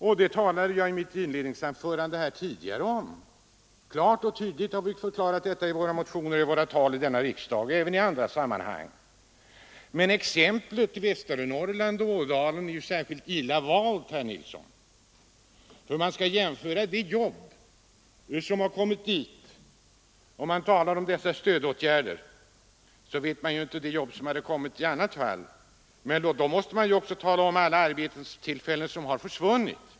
Jag talade om det i mitt inledningsanförande, och vi har klart och tydligt förklarat det i våra motioner, i våra anföranden i denna kammare och i andra sammanhang. Ådalen och Västernorrland i övrigt är särskilt illa valt som exempel, herr Nilsson. Till att börja med vet man inte, när man talar om de arbetstillfällen som kommit dit på grund av dessa stödåtgärder, hur många jobb som hade kommit dit utan dessa. Vidare måste man ta med i bilden alla de arbetstillfällen som försvunnit.